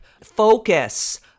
focus